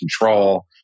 control